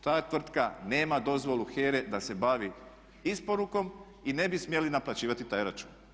Ta tvrtka nema dozvolu HERA-e da se bavi isporukom i ne bi smjeli naplaćivati taj račun.